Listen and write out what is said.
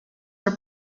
her